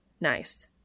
Nice